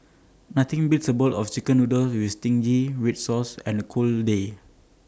nothing beats A bowl of Chicken Noodles with Zingy Red Sauce on A cold day